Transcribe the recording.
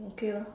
okay lah